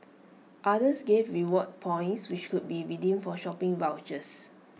others gave reward points which could be redeemed for shopping vouchers